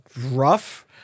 rough